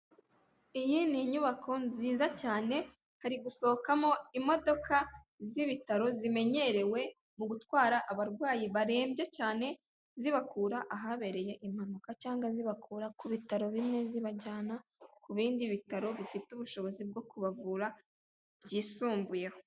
Iyi ni inyubako nziza cyane, hari gusohokamo imodoka z'ibitaro zimenyerewe, mu gutwara abarwayi barembye cyane, zibakura ahabereye impanuka cyangwa zibakura ku bitaro bimwe zibajyana ku bindi bitaro bifite ubushobozi bwo kubavura, byisumbuyeho.